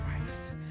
Christ